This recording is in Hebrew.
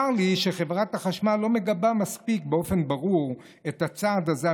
צר לי שחברת החשמל לא מגבה באופן ברור מספיק את הצעד הזה,